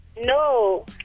No